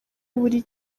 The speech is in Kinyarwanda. buri